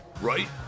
Right